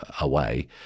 away